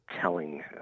telling